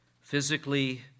physically